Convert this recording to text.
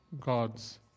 God's